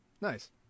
nice